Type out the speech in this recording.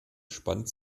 spannt